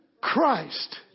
Christ